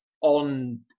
on